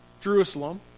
Jerusalem